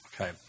Okay